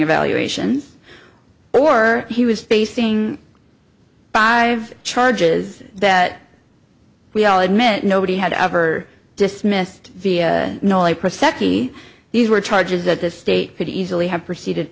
evaluations or he was facing five charges that we all admit nobody had ever dismissed these were charges that the state could easily have proceeded